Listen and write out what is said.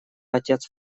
отец